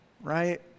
right